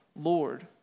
Lord